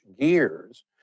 gears